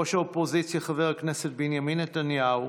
ראש האופוזיציה חבר הכנסת בנימין נתניהו,